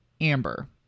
Amber